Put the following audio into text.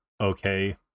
okay